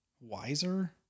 wiser